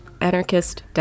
anarchist